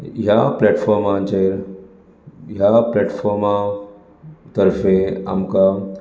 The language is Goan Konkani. ह्या प्लॅटफॉर्माचेर ह्या प्लॅटफॉर्मा तर्फे आमकां